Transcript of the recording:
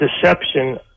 deception